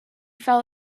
fell